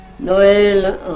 Noël